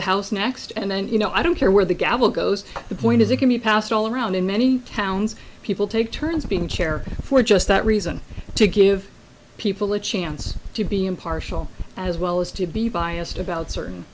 the house next and then you know i don't care where the gavel goes the point is it can be passed all around in many towns people take turns being chair for just that reason to give people a chance to be impartial as well as to be biased about certain